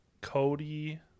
Cody